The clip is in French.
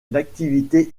l’activité